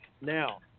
now